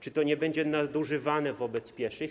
Czy to nie będzie nadużywane wobec pieszych?